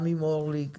גם עם אורלי לוי אבקסיס,